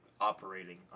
operating